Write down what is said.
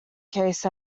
case